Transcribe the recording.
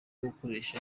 gukoresha